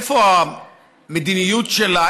איפה המדיניות שלה?